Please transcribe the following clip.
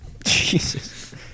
Jesus